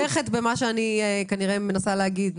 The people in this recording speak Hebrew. יש שם גברת שתומכת במה שאני כנראה מנסה להגיד,